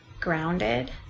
grounded